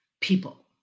people